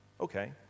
Okay